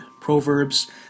Proverbs